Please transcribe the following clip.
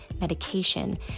medication